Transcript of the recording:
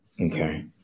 Okay